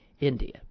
India